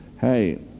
Hey